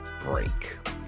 Break